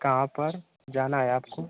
कहाँ पर जाना है आपको